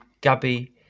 Gabby